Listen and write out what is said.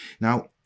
Now